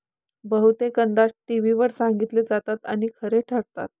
बहुतेक अंदाज टीव्हीवर सांगितले जातात आणि खरे ठरतात